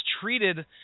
treated